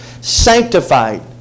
sanctified